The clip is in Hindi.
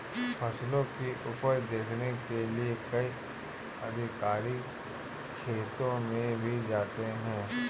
फसलों की उपज देखने के लिए कई अधिकारी खेतों में भी जाते हैं